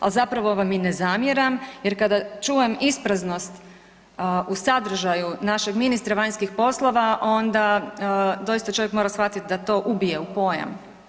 Al zapravo vam i ne zamjeram jer kada čujem ispraznost u sadržaju našeg ministra vanjskih poslova onda doista čovjek mora shvatit da to ubija u pojam.